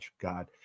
God